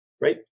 right